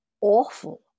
awful